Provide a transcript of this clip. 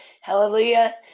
Hallelujah